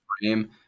frame